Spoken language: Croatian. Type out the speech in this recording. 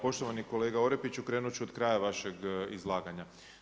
Poštovani kolega Orepiću, krenuti ću od kraja vašeg izlaganja.